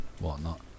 whatnot